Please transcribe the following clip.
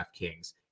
DraftKings